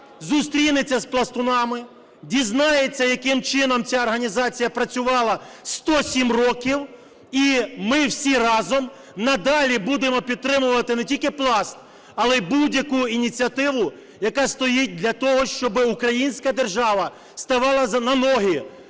зустрінеться з пластунами, дізнається, яким чином ця організація працювала 107 років. І ми всі разом надалі будемо підтримувати не тільки Пласт, але і будь-яку ініціативу, яка стоїть для того, щоб українська держава ставала на ноги.